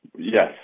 Yes